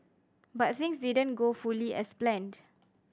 but things didn't go fully as planned